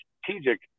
strategic